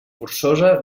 forçosa